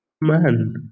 Man